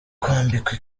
kwambikwa